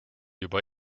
juba